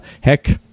heck